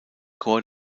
chor